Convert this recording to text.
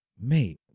Mate